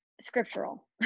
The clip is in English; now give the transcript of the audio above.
scriptural